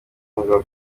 mugabo